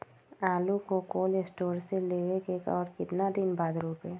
आलु को cold store से ले के कब और कितना दिन बाद रोपे?